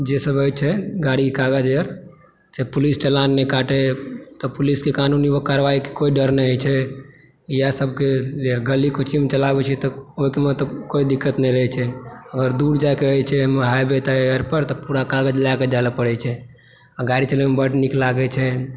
जेसभ होइत छै गाड़ीके कागज जे पुलिस चालान नहि काटय तऽ पुलिसके कानूनी कार्यवाहीके कोइ डर नहि रहैत छै इएहसभके जे गली कुचीमे चलाबै छै तऽ ओहिमे तऽ कोइ दिक्कत नहि रहैत छै आओर दूर जाएके रहै छै हाइवे ताइवेपर तऽ पूरा कागज लए कऽ जाय लेल पड़ै छै गाड़ी चलबैमे बड्ड नीक लागैत छै